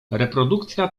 reprodukcja